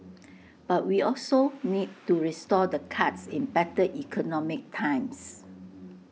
but we also need to restore the cuts in better economic times